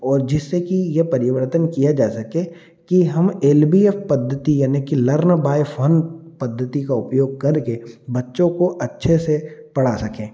और जिससे कि यह परिवर्तन किया जा सके कि हम एल बी एफ पद्धति यानी कि लर्न बाय फन पद्धति का उपयोग करके बच्चों को अच्छे से पढ़ा सकें